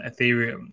Ethereum